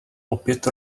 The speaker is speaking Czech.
opět